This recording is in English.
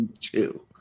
two